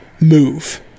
Move